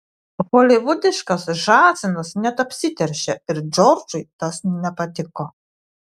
holivudiškas žąsinas net apsiteršė ir džordžui tas nepatiko